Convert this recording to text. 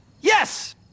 Yes